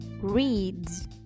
reads